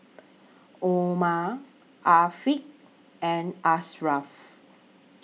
Omar Afiq and Ashraff